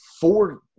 four